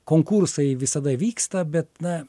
konkursai visada vyksta bet na